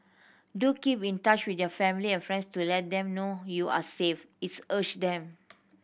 do keep in touch with your family and friends to let them know you are safe its urged them